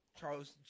Charles